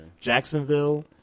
Jacksonville